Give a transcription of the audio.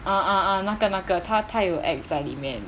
ah ah ah 那个那个她她有 act 在里面